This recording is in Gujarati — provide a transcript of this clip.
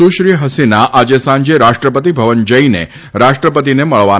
સુશ્રી હસીના આજે સાંજે રાષ્ટ્રપતિ ભવન જઇને રાષ્ટ્રપતિને મળવાના છે